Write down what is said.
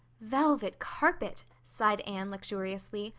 velvet carpet, sighed anne luxuriously,